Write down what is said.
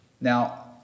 Now